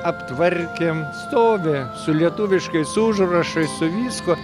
aptvarkėm stovi su lietuviškais užrašais su viskuo